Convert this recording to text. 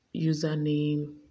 username